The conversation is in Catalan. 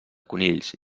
conills